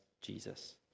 Jesus